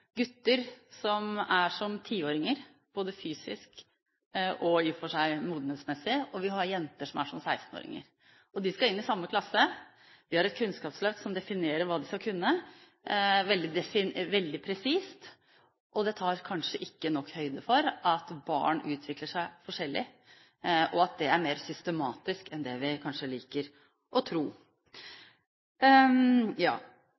har et kunnskapsløft som definerer hva de skal kunne – veldig presist – og det tar kanskje ikke nok høyde for at barn utvikler seg forskjellig, og at det er mer systematisk enn det vi kanskje liker å tro.